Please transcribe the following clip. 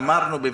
אמרנו במפורש,